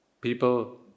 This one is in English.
people